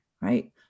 right